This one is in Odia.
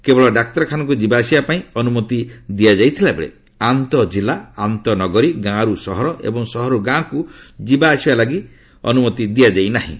କେବଳ ଡାକ୍ତରଖାନାକୁ ଯିବା ଆସିବା ପାଇଁ ଅନୁମତି ଦିଆଯାଇଥିବା ବେଳେ ଆନ୍ତଃଜିଲ୍ଲା ଆନ୍ତଃନଗରୀ ଗାଁରୁ ସହର ଏବଂ ସହରରୁ ଗାଁକୁ ଯିବାଆସିବା ଲାଗି କୌଣସି ଅନୁମତି ଦିଆଯାଇ ନାହିଁ